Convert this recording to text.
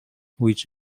which